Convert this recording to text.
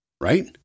Right